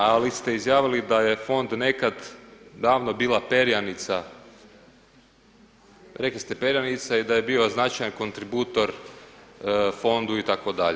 Ali ste izjavili da je fond nekad davno bila perjanica, rekli ste perjanica i da je bio značajan kontributor fondu itd.